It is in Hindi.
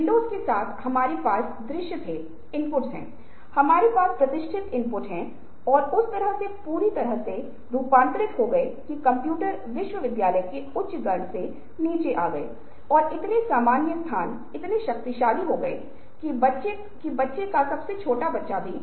संभावना यह है क्योंकि ओवरटाइम दर सीधे समय 16 से 37 या सामान्य समय से अधिक है